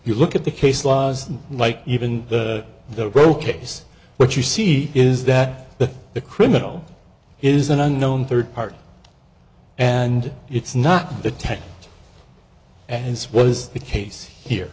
you look at the case laws like even the real case what you see is that the the criminal is an unknown third party and it's not the tech and his was the case here